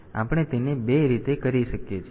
તેથી આપણે તેને 2 રીતે કરી શકીએ છીએ